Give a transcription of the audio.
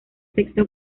sexto